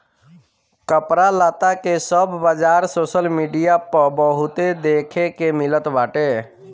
कपड़ा लत्ता के सब बाजार सोशल मीडिया पअ बहुते देखे के मिलत बाटे